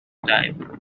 type